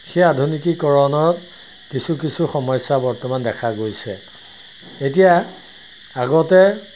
সেই আধুনিকীকৰণত কিছু কিছু সমস্যা বৰ্তমান দেখা গৈছে এতিয়া আগতে